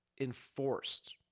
enforced